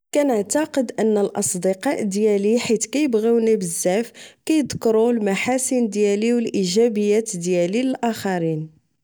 كنعتقد أن الأصدقاء ديالي حيت كيبغيوني بزاف كيذكرو المحاسن ديالي والايجابيات ديالي للاخرين